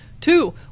two